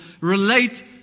relate